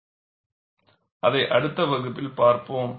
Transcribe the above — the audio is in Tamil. அதை அடுத்த வகுப்பில் பார்ப்போம்